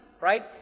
Right